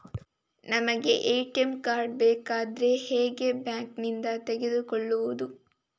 ನಮಗೆ ATM card ಬೇಕಾದ್ರೆ ಹೇಗೆ ಬ್ಯಾಂಕ್ ನಿಂದ ತೆಗೆದುಕೊಳ್ಳುವುದು?